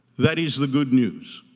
that is the good news.